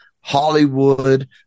Hollywood